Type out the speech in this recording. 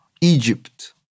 Egypt